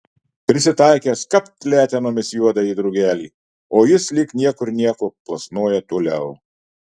prisitaikęs kapt letenomis juodąjį drugelį o jis lyg niekur nieko plasnoja toliau